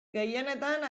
gehienetan